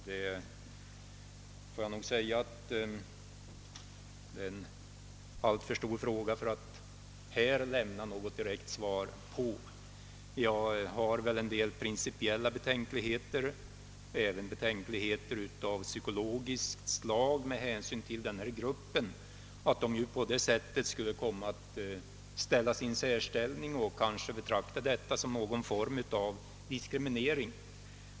Den frågan är alltför stor för att jag här skulle kunna lämna ett direkt svar på den, men jag hyser principiella betänkligheter och även betänkligheter av psykologisk art, med hänsyn till att denna grupp därigenom kan komma i en särställning och själv kanske betraktar åtgärden som någon form av diskriminering.